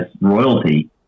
royalty